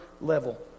level